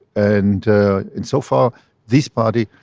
and and so far this party,